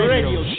Radio